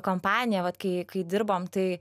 kompanija vat kai kai dirbom tai